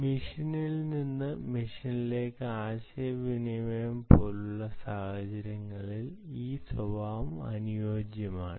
മെഷീനിൽ നിന്ന് മെഷീനിൽ ആശയവിനിമയം പോലുള്ള സാഹചര്യങ്ങളിൽ ഈ സ്വഭാവം അനുയോജ്യമാണ്